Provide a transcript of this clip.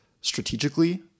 strategically